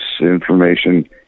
information